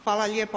Hvala lijepo.